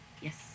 yes